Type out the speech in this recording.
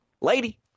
Lady